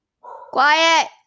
quiet